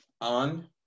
on